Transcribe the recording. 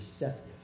receptive